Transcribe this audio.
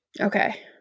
okay